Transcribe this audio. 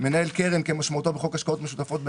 מנהל קרן כמשמעותו בחוק השקעות משותפות בנאמנות,